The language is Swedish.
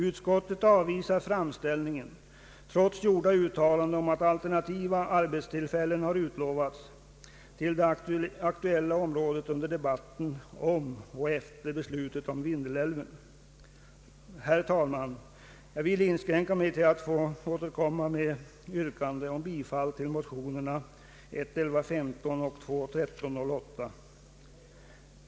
Utskottet avvisar framställningen trots gjorda uttalanden om att alternativa arbetstillfällen har utlovats till det aktuella området under debatten före och efter beslutet om Vindelälven. Herr talman! Jag vill inskränka mig till att återkomma med yrkande om bifall till motionerna I: 1115 och II: 1308.